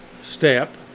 step